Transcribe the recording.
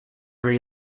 rely